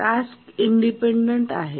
task independent आहेत